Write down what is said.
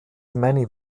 many